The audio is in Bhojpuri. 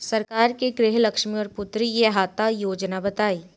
सरकार के गृहलक्ष्मी और पुत्री यहायता योजना बताईं?